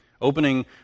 opening